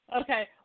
okay